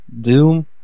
Doom